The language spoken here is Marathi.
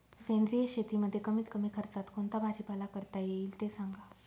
सेंद्रिय शेतीमध्ये कमीत कमी खर्चात कोणता भाजीपाला करता येईल ते सांगा